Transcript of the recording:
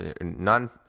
none